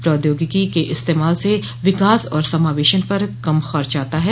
प्रौद्योगिकी के इस्तेमाल से विकास और समावेशन पर कम खर्च आता है